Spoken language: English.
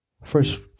First